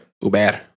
Uber